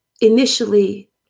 initially